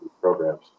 programs